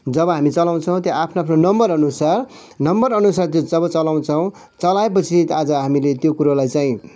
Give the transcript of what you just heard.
जब हामी चलाउँछौ त्यो आफ्नो आफ्नो नम्बर अनुसार नम्बर अनुसार त्यो जब चलाउँछौ चलाएपछि आज हामीले त्यो कुरोलाई चाहिँ